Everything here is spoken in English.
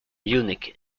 munich